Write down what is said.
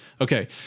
Okay